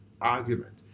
argument